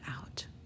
out